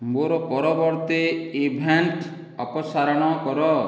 ମୋର ପରବର୍ତ୍ତୀ ଇଭେଣ୍ଟ ଅପସାରଣ କର